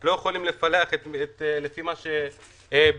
לא יכולים לפלח לפי מה שביקשנו.